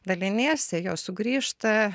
daliniesi jos sugrįžta